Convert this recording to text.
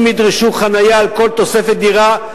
אם ידרשו חנייה על כל תוספת דירה,